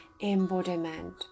embodiment